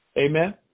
Amen